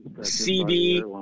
CD